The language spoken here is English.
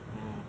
oh